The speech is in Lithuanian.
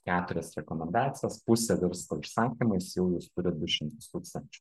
keturias rekomendacijas pusė virsta užsakymais jau jūs turit du šimtus tūkstančių